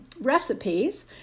recipes